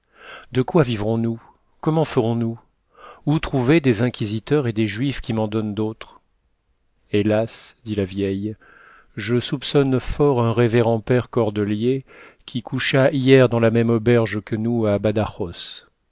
de quoi vivrons-nous comment ferons-nous où trouver des inquisiteurs et des juifs qui m'en donnent d'autres hélas dit la vieille je soupçonne fort un révérend père cordelier qui coucha hier dans la même auberge que nous à badajos